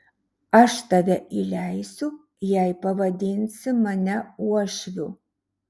aš tave įleisiu jei pavadinsi mane uošviu